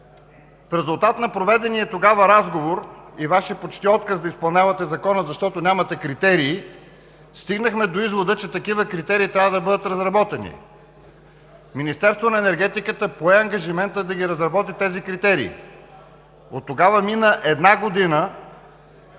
В резултат на проведения тогава разговор и Вашия почти отказ да изпълнявате закона, защото нямате критерии, стигнахме до извода, че такива критерии трябва да бъдат разработени. Министерството на енергетиката пое ангажимента да разработи тези критерии. Оттогава мина една година,